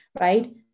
right